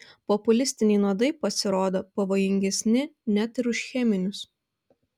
populistiniai nuodai pasirodo pavojingesni net ir už cheminius